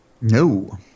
No